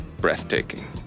breathtaking